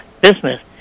business